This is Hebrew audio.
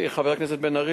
חבר הכנסת בן-ארי,